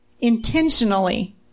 intentionally